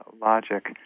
logic